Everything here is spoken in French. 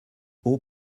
haut